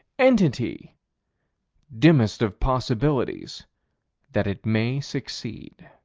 entity dimmest of possibilities that it may succeed.